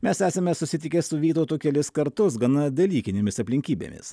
mes esame susitikę su vytautu kelis kartus gana dalykinėmis aplinkybėmis